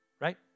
Right